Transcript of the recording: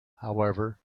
however